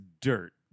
dirt